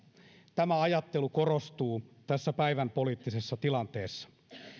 tämä ajattelu korostuu tässä päivänpoliittisessa tilanteessa